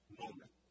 moment